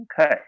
okay